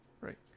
right